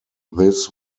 this